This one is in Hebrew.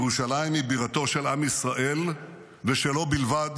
ירושלים היא בירתו של עם ישראל ושלו בלבד,